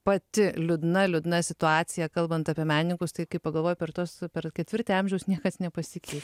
pati liūdna liūdna situacija kalbant apie menininkus tai kaip pagalvoji per tuos per ketvirtį amžiaus niekas nepasikeitė